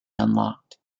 unlocked